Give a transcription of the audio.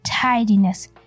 tidiness